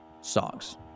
songs